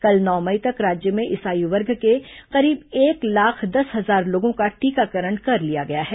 कल नौ मई तक राज्य में इस आयु वर्ग के करीब एक लाख दस हजार लोगों का टीकाकरण कर लिया गया है